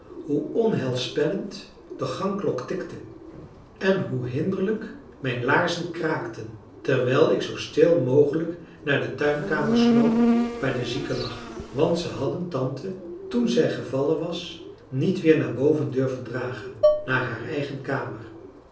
hoe onheilspellend de gangklok tikte en hoe hinderlijk mijn laarzen kraakten terwijl ik zoo stil mogelijk naar de tuinkamer sloop waar de zieke lag want ze hadden tante toen zij gevallen was niet weer naar boven durven dragen naar haar eigen kamer